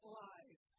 life